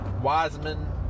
Wiseman